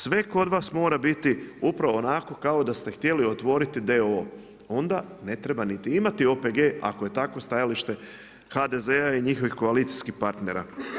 Sve kod vas mora biti upravo onako kao da ste htjeli otvoriti d.o.o., onda ne treba niti imati OPG ako je takvo stajalište HDZ-a i njihovih koalicijskih partnera.